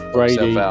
Brady